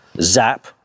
zap